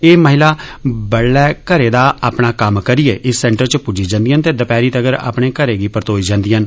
एह् महिला बड्डलै घरै दा अपना कम्म करियै इस सेंटर च पुज्जी जंदिआं न ते दपैह्री तगर अपने घरें गी परतोई जंदिआं न